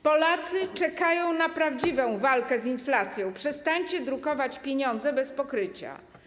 Polacy czekają na prawdziwą walkę z inflacją, przestańcie drukować pieniądze bez pokrycia.